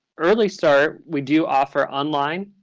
early start, we do offer online,